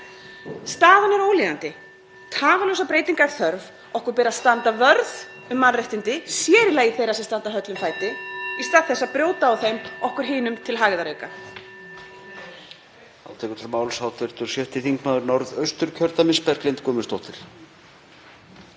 Staðan er ólíðandi. Tafarlausra breytinga er þörf. Okkur ber að standa vörð um mannréttindi, sér í lagi þeirra sem standa höllum fæti í stað þess að brjóta á þeim okkur hinum til hægðarauka.